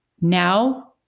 Now